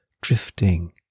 drifting